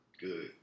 good